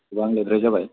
गोबां लेटद्राय जाबाय